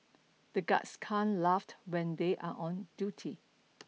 the guards can't laugh when they are on duty